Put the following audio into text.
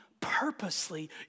purposely